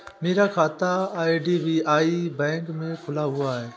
मेरा खाता IDBI bank में खुला हुआ है